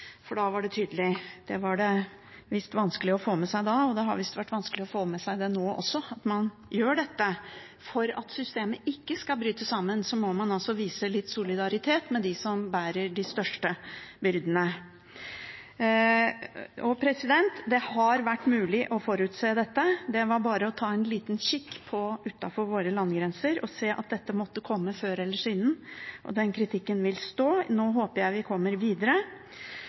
for det var det visst vanskelig å få med seg da, og det har det visst vært vanskelig å få med seg nå også, at man gjør dette. For at systemet ikke skal bryte sammen, må man vise litt solidaritet med dem som bærer de største byrdene. Det har vært mulig å forutse dette. Det var bare å ta en liten kikk utenfor våre landegrenser og se at dette måtte komme før eller siden, og den kritikken vil stå. Nå håper jeg vi kommer videre.